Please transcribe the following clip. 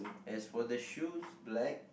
as for the shoes black